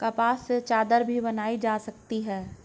कपास से चादर भी बनाई जा सकती है